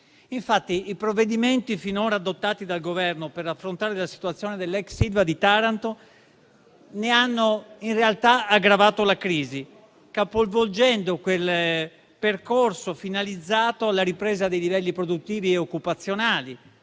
Infatti, i provvedimenti finora adottati dal Governo per affrontare la situazione dell'ex ILVA di Taranto ne hanno in realtà aggravato la crisi, capovolgendo un percorso finalizzato alla ripresa dei livelli produttivi e occupazionali,